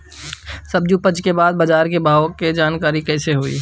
सब्जी उपज के बाद बाजार के भाव के जानकारी कैसे होई?